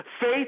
Faith